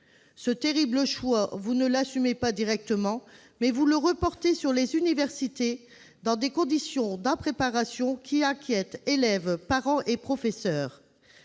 Ce terrible choix, vous ne l'assumez pas directement, vous le reportez sur les universités dans des conditions d'impréparation qui inquiètent élèves, parents et professeurs